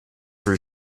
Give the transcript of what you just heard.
for